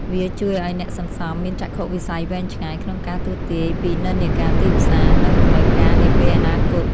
វាជួយឱ្យអ្នកសន្សំមានចក្ខុវិស័យវែងឆ្ងាយ ក្នុងការទស្សន៍ទាយពីនិន្នាការទីផ្សារ និងតម្រូវការនាពេលអនាគត។